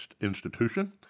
institution